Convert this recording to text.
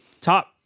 top